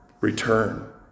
Return